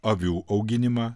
avių auginimą